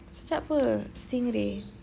sedap apa stingray